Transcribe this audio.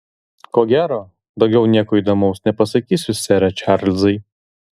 ko gero daugiau nieko įdomaus nepasakysiu sere čarlzai